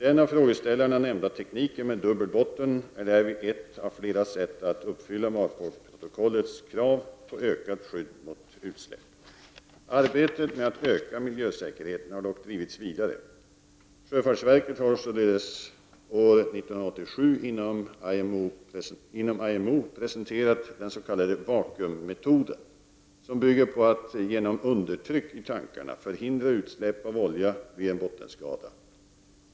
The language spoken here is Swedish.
Den av frågeställarna nämnda tekniken med dubbel botten är därvid ett av flera sätt att uppfylla MARPOL-protokollets krav på ökat skydd mot utsläpp. Arbetet med att öka miljösäkerheten har dock drivits vidare. Sjöfartsverket har således år 1987 inom IMO presenterat den s.k. ”vacuum”-metoden som bygger på att genom undertryck i tankarna förhindra utsläpp av olja vid en bottenskada.